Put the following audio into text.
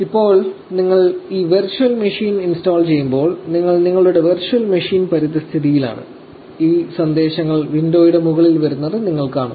ഇപ്പോൾ നിങ്ങൾ ഈ വെർച്വൽ മെഷീൻ ഇൻസ്റ്റാൾ ചെയ്യുമ്പോൾ നിങ്ങൾ നിങ്ങളുടെ വെർച്വൽ മെഷീൻ പരിതസ്ഥിതിയിലാണ് ഈ സന്ദേശങ്ങൾ വിൻഡോയുടെ മുകളിൽ വരുന്നത് നിങ്ങൾ കാണും